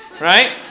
Right